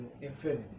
infinity